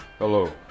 Hello